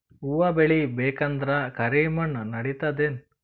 ಹುವ ಬೇಳಿ ಬೇಕಂದ್ರ ಕರಿಮಣ್ ನಡಿತದೇನು?